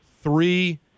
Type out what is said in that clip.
three